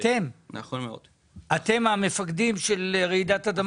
אתם המפקדים של רעידת אדמה.